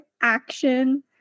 action